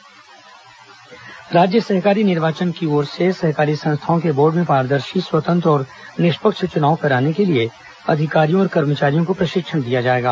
सहकारी संस्था बोर्ड निर्वाचन राज्य सहकारी निर्वाचन की ओर से सहकारी संस्थाओं के बोर्ड में पारदर्शी स्वतंत्र और निष्पक्ष चुनाव कराने के लिए अधिकारियों और कर्मचारियों को प्रशिक्षण दिया जाएगा